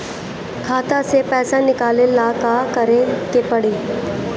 खाता से पैसा निकाले ला का करे के पड़ी?